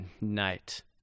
Night